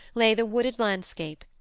lay the wooded landscape,